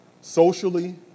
socially